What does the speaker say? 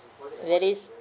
varies